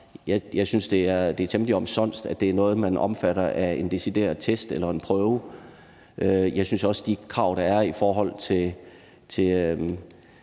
Jeg synes, det er temmelig omsonst, at det er noget, man omfatter af en decideret test eller prøve. Jeg synes også, at de krav, der er i forhold til